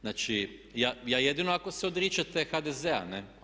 Znači jedino ako se odričete HDZ-a.